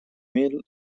mil